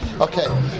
Okay